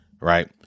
right